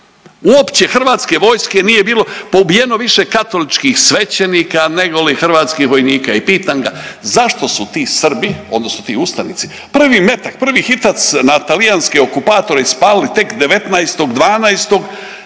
uopće hrvatske vojske nije bilo. Poubijeno je više katoličkih svećenika negoli hrvatskih vojnika i pitam ga zašto su ti Srbi, odnosno ti ustanici prvi metak, prvi hitac na talijanske okupatore ispalili tek 19.12.